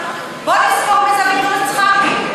בואו נזכור מי זה אביגדור יצחקי.